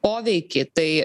poveikį tai